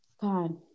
God